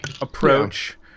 approach